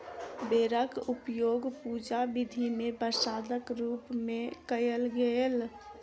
बेरक उपयोग पूजा विधि मे प्रसादक रूप मे कयल गेल